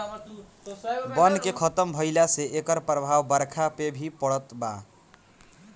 वन के खतम भइला से एकर प्रभाव बरखा पे भी पड़त बाटे